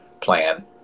plan